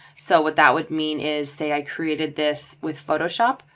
so what that would mean is say i created this with photoshop,